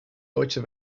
deutsche